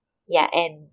ya N